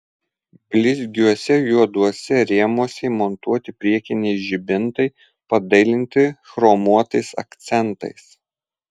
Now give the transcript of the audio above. blizgiuose juoduose rėmuose įmontuoti priekiniai žibintai padailinti chromuotais akcentais